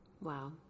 wow